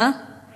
את